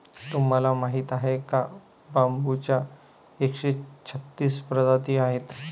तुम्हाला माहीत आहे का बांबूच्या एकशे छत्तीस प्रजाती आहेत